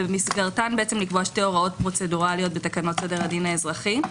ובמסגרתן לקבוע שתי הוראות פרוצדורליות בתקנות סדר הדין האזרחי.